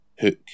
Hook